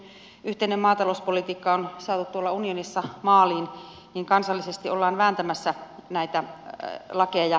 kun nyt yhteinen maatalouspolitiikka on saatu unionissa maaliin niin kansallisesti ollaan vääntämässä näitä lakeja